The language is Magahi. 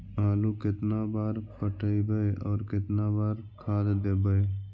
आलू केतना बार पटइबै और केतना बार खाद देबै?